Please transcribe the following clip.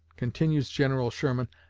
continues general sherman,